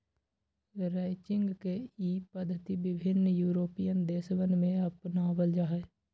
ranching के ई पद्धति विभिन्न यूरोपीयन देशवन में अपनावल जाहई